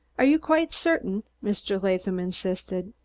are you quite certain? mr. latham insisted.